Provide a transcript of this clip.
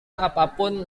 apapun